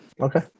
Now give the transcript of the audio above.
okay